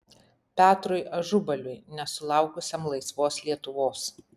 petrui ažubaliui nesulaukusiam laisvos lietuvos